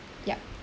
yup